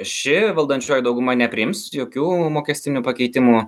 ši valdančioji dauguma nepriims jokių mokestinių pakeitimų